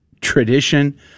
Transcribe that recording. tradition